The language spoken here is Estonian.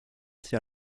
see